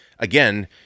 Again